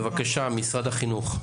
בבקשה, משרד החינוך,